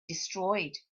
destroyed